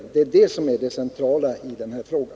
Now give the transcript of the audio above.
Det är det som är det centrala i den här frågan.